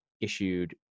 issued